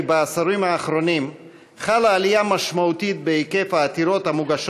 בעשורים האחרונים חלה עלייה משמעותית בהיקף העתירות המוגשות